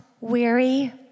weary